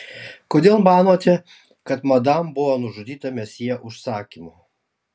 kodėl manote kad madam buvo nužudyta mesjė užsakymu